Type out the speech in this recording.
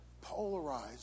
polarized